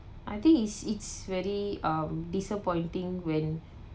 I think it's it's very um disappointing when